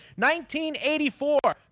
1984